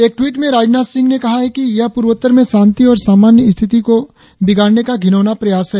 एक ट्वीट में राजनाथ सिंह ने कहा कि यह पूर्वोत्तर में शांति और सामान्य स्थिति को बिगाड़ने का घिनौना प्रयास है